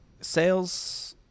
Sales